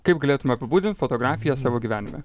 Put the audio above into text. kaip galėtum apibūdint fotografiją savo gyvenime